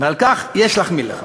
ועל כך יש להחמיא לך.